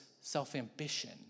self-ambition